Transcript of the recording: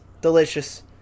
delicious